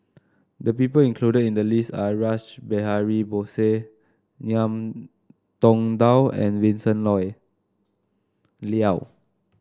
the people included in the list are Rash Behari Bose Ngiam Tong Dow and Vincent Leow